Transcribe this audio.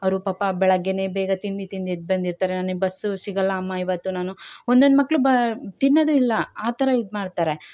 ಅವರು ಪಾಪ ಬೆಳಗ್ಗೆನೇ ಬೇಗ ತಿಂಡಿ ತಿಂದು ಎದ್ದು ಬಂದಿರ್ತಾರೆ ನನಗ್ ಬಸ್ಸು ಸಿಗೋಲ್ಲ ಅಮ್ಮ ಇವತ್ತು ನಾನು ಒಂದೊಂದು ಮಕ್ಕಳು ಬ ತಿನ್ನೋದು ಇಲ್ಲ ಆ ಥರ ಇದು ಮಾಡ್ತಾರೆ